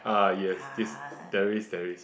ah yes this there is there is